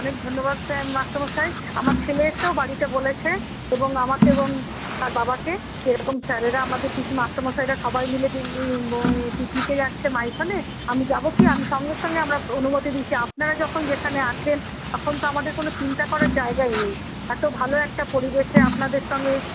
অনেক ধন্যবাদ স্যার মাস্টারমশাই আমার ছেলে এসেও বাড়িতে বলেছে এবং আমাকে এবং তার বাবাকে যে এরকম স্যারেরা আমাদের মাস্টারমশাইরা সবাই মিলে পিকনিকে যাচ্ছে মাইথনে আমি যাবো কি আমি সঙ্গে সঙ্গে আমরা অনুমতি দিয়েছি আপনারা যখন যেখানে আছেন তখন তো আমাদের কোনো চিন্তা করার জায়গাই নেই এতো ভালো একটা পরিবেশে আপনাদের সঙ্গে